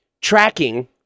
tracking